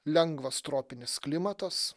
lengvas tropinis klimatas